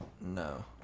No